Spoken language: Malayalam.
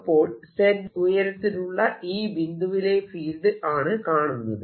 അപ്പോൾ z ഉയരത്തിലുള്ള ഈ ബിന്ദുവിലെ ഫീൽഡ് ആണ് കാണുന്നത്